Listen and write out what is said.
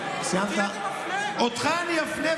לא באלימות